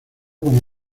con